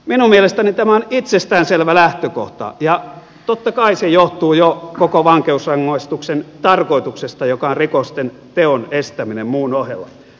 minun mielestäni tämä on itsestään selvä lähtökohta ja totta kai se johtuu jo koko vankeusrangaistuksen tarkoituksesta joka on rikosten teon estäminen muun ohella